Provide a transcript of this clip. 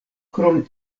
krom